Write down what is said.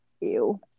Ew